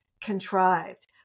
contrived